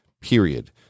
period